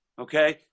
okay